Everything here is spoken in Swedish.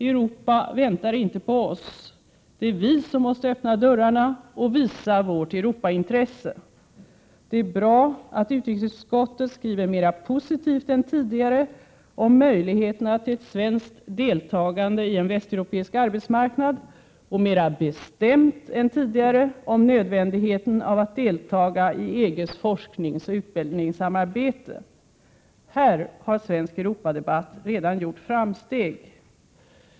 Europa väntar inte på oss. Det är vi som måste öppna dörrarna och visa vårt Europaintresse. Det är bra att utrikesutskottet skriver mera positivt än tidigare om möjligheterna till ett svenskt deltagande i en västeuropeisk arbetsmarknad och mera bestämt än tidigare om nödvändigheten av att delta i EG:s forskningsoch utbildningssamarbete. Här har svensk Europadebatt redan gjort framsteg.